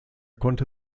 konnte